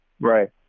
Right